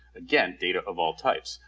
again data of all types.